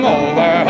over